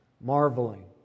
marveling